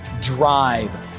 drive